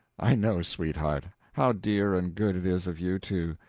i know, sweetheart how dear and good it is of you, too!